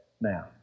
now